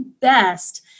best